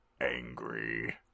angry